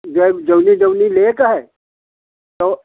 जब Johnny Johnny ले के है तो